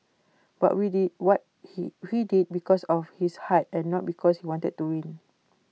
but we did what he he did because of his heart and not because he wanted to win